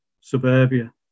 suburbia